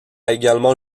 également